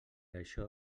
això